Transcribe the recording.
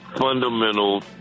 fundamental